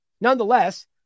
Nonetheless